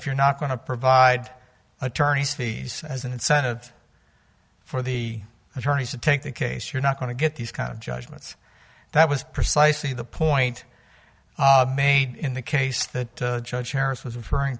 if you're not going to provide attorney's fees as an incentive for the attorneys to take the case you're not going to get these kind of judgments that was precisely the point made in the case that judge harris was referring